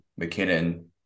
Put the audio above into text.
McKinnon